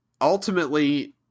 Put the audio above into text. Ultimately